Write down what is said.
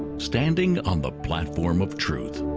standing on the platform of truth